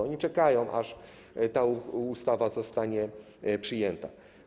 Oni czekają, aż ta ustawa zostanie przyjęta.